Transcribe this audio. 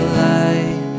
light